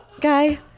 guy